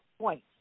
point